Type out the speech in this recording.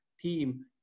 team